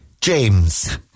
James